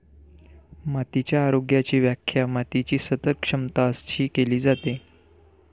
मातीच्या आरोग्याची व्याख्या मातीची सतत क्षमता अशी केली जाते